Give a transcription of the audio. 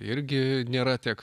irgi nėra tiek